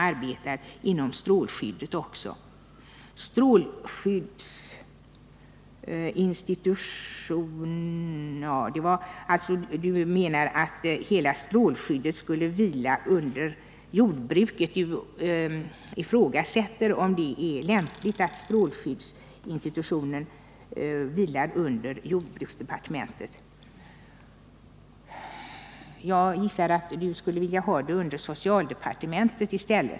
Det är en sak som vi får ta upp ett resonemang med bl.a. socialstyrelsen och strålskyddsinstitutet om. Till sist ifrågasätter Margot Håkansson om det är lämpligt att strålskyddsinstitutet lyder under jordbruksdepartementet. Jag gissar att hon i stället vill ha det under socialdepartementet.